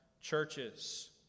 churches